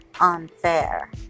unfair